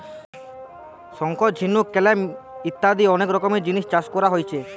শঙ্খ, ঝিনুক, ক্ল্যাম ইত্যাদি অনেক রকমের জিনিস চাষ কোরা হচ্ছে